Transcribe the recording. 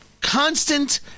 Constant